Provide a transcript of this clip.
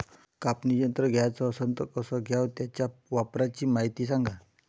कापनी यंत्र घ्याचं असन त कस घ्याव? त्याच्या वापराची मायती सांगा